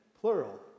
plural